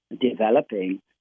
developing